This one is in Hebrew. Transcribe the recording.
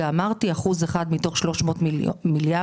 300 מיליון